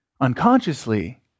unconsciously